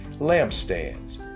lampstands